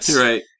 Right